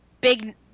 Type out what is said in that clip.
Big